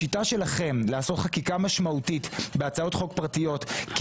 השיטה שלכם לעשות חקיקה משמעותית בהצעות חוק פרטיות כי